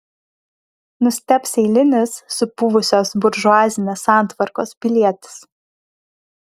nustebs eilinis supuvusios buržuazinės santvarkos pilietis